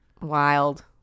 Wild